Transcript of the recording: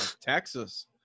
Texas